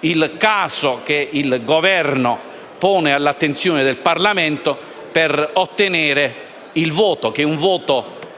il caso che il Governo pone all'attenzione del Parlamento per ottenere il voto, da esprimersi